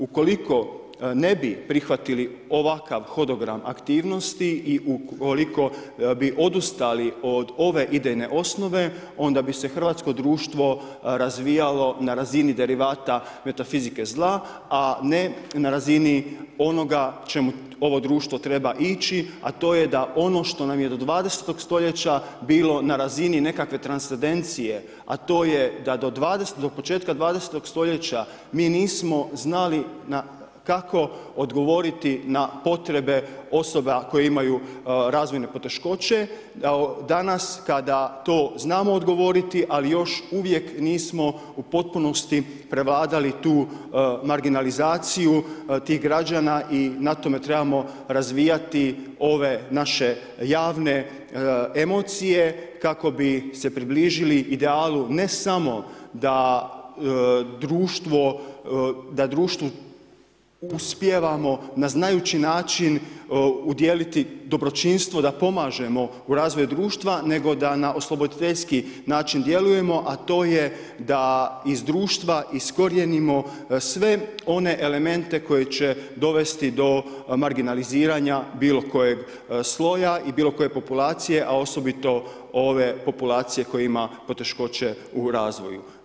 Ukoliko ne bi prihvatili ovakav hodogram aktivnosti i ukoliko bi odustali od ove idejne osnove, onda bi se hrvatsko društvo razvijalo na razini derivata metafizike zla, a ne na razini onoga čemu ovo društvo treba ići, a to je da ono što nam je do 20. st. bilo na razini nekakve transandencije, a to je da do početka 20., st. li kako odgovoriti na potrebe osoba koje imaju razvojne poteškoće, da danas kada to znamo odgovoriti, ali još uvijek nismo u potpunosti prevladali tu marginalizaciju tih građana i na tome trebamo razvijati ove naše javne emocije, kako bi se približili idealu, ne samo da društvu uspijevamo, na znajući način, udijeliti dobročinstvo da pomažemo u razvoju društva, nego da na osloboditeljski način djelujemo a to je da iz društva iskorijenimo sve one elemente koje će dovesti do marginaliziranja bilo kojeg sloja i bilo koje populacije, a osobito ove populacije koje ima poteškoće u razvoju.